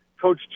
Coach